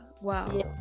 wow